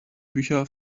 bücher